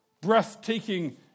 breathtaking